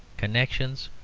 connections,